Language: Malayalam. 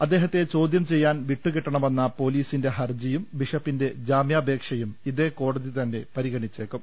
അദ്ദേഹത്തെ ചോദ്യം ചെയ്യാൻ വിട്ടുകിട്ടണമെന്ന പൊലീസിന്റെ ഹർജിയും ബിഷപ്പിന്റെ ജാമ്യാപേക്ഷയും ഇതേ കോടതി തന്നെ പരിഗണിച്ചേക്കും